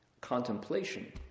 contemplation